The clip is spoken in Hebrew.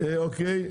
22 ו-23.